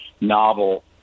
novel